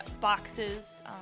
boxes